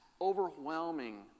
overwhelming